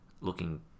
looking